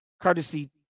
courtesy